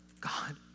God